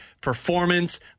performance